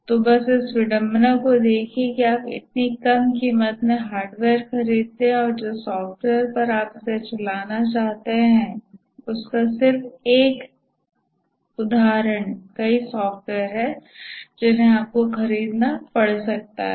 तो बस इस विडंबना को देखिए कि आप इतनी कम कीमत में हार्डवेयर खरीदते हैं और जिस सॉफ्टवेयर पर आप इसे चलाते हैं उसका सिर्फ एक उदाहरण कई सॉफ्टवेयर हैं जिन्हें आपको खरीदना पड़ सकता है